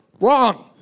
Wrong